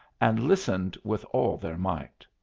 and listened with all their might.